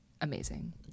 amazing